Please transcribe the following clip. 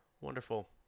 Wonderful